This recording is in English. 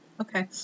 Okay